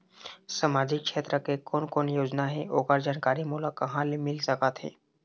सामाजिक क्षेत्र के कोन कोन योजना हे ओकर जानकारी मोला कहा ले मिल सका थे?